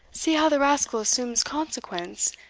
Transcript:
see how the rascal assumes consequence,